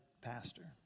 pastor